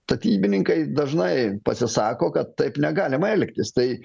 statybininkai dažnai pasisako kad taip negalima elgtis tai